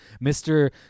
Mr